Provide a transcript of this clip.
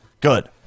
good